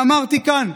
ואמרתי כאן: